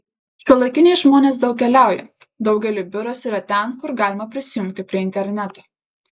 šiuolaikiniai žmonės daug keliauja daugeliui biuras yra ten kur galima prisijungti prie interneto